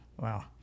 wow